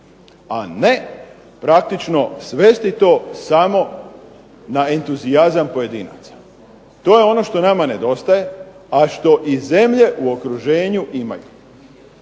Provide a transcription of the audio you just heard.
a ne praktično svesti to samo na entuzijazam pojedinaca. To je ono što nama nedostaje, a što i zemlje u okruženju imaju.